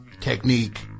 technique